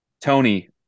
Tony